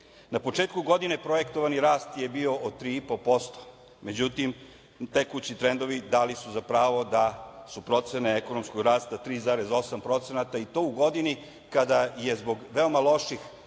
početku godine projektovani rast je bio od 3,5%, međutim, tekući trendovi dali su za pravo da su procene ekonomskog rasta 3,8% i to u godini kada je zbog veoma loših